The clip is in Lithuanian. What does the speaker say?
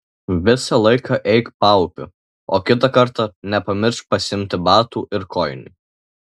visą laiką eik paupiu o kitą kartą nepamiršk pasiimti batų ir kojinių